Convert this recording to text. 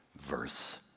verse